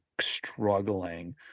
struggling